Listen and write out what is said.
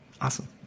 awesome